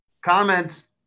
Comments